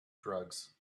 drugs